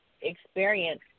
experience